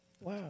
Wow